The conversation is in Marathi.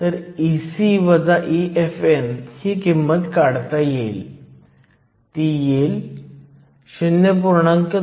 तर हे तुमचे मायनॉरिटी कॅरियर्स आहेत हे 417 नॅनोसेकंद इतके आहे